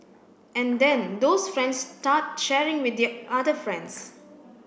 and then those friends start sharing with their other friends